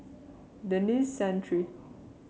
Denis Santry